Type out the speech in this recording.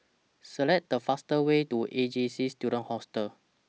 Select The fastest Way to A J C Student Hostel